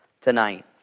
tonight